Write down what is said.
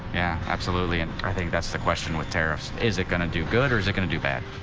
yeah, absolutely. and i think that's the question with tariffs. is it going to do good, or is it going to do bad?